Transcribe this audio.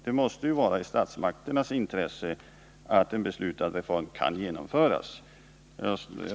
Det måste ju ligga i statsmakternas intresse att en beslutad reform kan genomföras.